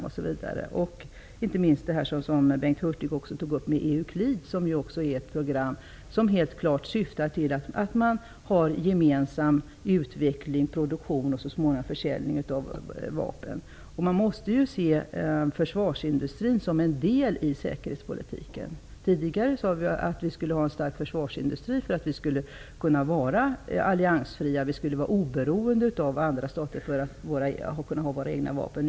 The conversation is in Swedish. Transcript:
Detta gäller inte minst EUCLID, som Bengt Hurtig nämnde. Det är ju ett program som syftar till att man har gemensam utveckling, produktion och så småningom försäljning av vapen. Man måste se försvarsindustrin som en del av säkerhetspolitiken. Tidigare har vi sagt att vi skall ha en stark försvarsindustri för att kunna vara alliansfria. Vi skulle vara oberoende av andra stater för att kunna ha våra egna vapen.